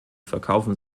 verkaufen